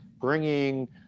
bringing